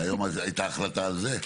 והיום הייתה החלטה על זה.